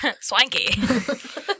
Swanky